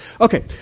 Okay